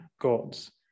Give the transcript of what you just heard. gods